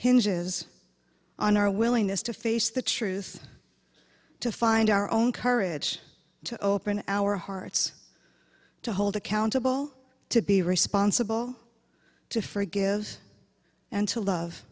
hinges on our willingness to face the truth to find our own courage to open our hearts to hold accountable to be responsible to forgive and to love